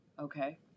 Okay